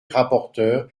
rapporteur